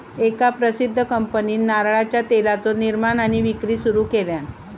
एका प्रसिध्द कंपनीन नारळाच्या तेलाचा निर्माण आणि विक्री सुरू केल्यान